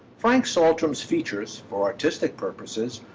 frank saltram's features, for artistic purposes,